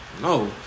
no